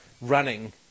running